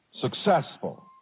successful